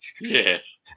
Yes